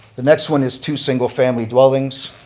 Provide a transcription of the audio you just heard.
the next one is two single-family dwellings.